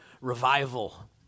revival